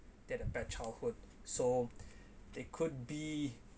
that a bad childhood so they could be